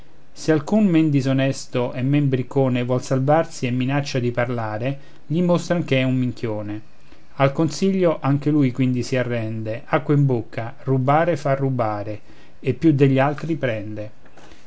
fuori se alcun men disonesto e men briccone vuol salvarsi e minaccia di parlare gli mostran ch'è un minchione al consiglio anche lui quindi si arrende acqua in bocca rubare fa rubare e più degli altri prende